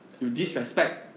director